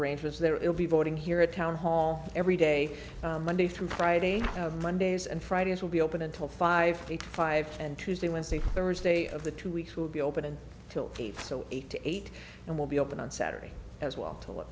arrangements there it'll be voting here town hall every day monday through friday of mondays and fridays will be open until five thirty five and tuesday wednesday thursday of the two weeks will be open till caves so eight to eight and will be open on saturday as well to let